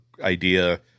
idea